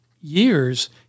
years